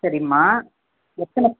சரிம்மா எத்தனை